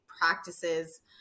practices